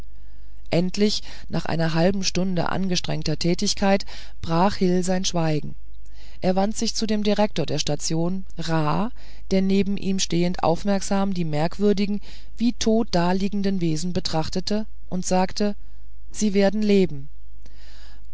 endlich nach einer halben stunde angestrengter tätigkeit brach hil sein schweigen er wandte sich zu dem direktor der station ra der neben ihm stehend aufmerksam die merkwürdigen wie tot daliegenden wesen betrachtete und sagte sie werden leben